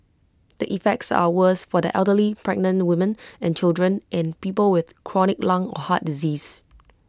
the effects are worse for the elderly pregnant women and children and people with chronic lung or heart disease